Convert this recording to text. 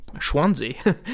Swansea